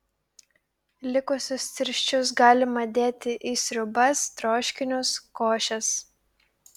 likusius tirščius galima dėti į sriubas troškinius košes